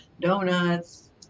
donuts